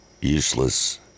Useless